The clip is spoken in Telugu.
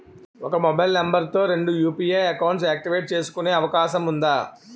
ఒక మొబైల్ నంబర్ తో రెండు యు.పి.ఐ అకౌంట్స్ యాక్టివేట్ చేసుకునే అవకాశం వుందా?